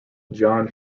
john